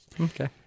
Okay